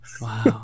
Wow